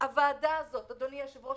הוועדה הזאת, אדוני היושב-ראש,